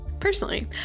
Personally